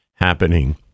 Happening